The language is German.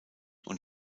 und